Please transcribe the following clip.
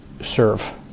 serve